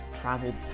traveled